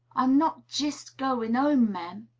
i'm not jist goin' home, mem.